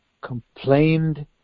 complained